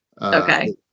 Okay